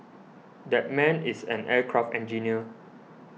that man is an aircraft engineer